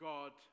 God